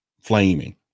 flaming